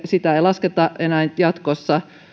sitä ei lasketa enää jatkossa